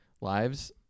lives